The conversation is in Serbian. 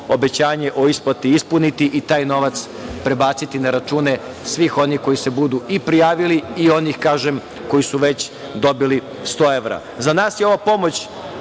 obećanje o isplati ispuniti i taj novac prebaciti na račune svih onih koji se budu i prijavili i onih, kažem, koji su već dobili 100 evra.Za nas je ova pomoć